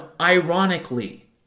ironically